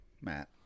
Matt